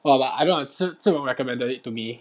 oh but I don't know zhi~ zhi wen recommended it to me